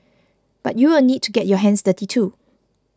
but you will need to get your hands dirty too